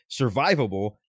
survivable